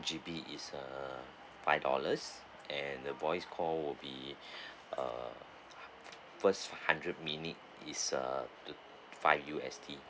G_B is uh five dollars and the voice call will be uh first hundred minutes is uh five U_S_D